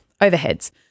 overheads